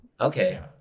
Okay